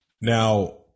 Now